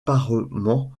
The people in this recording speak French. parement